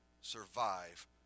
survive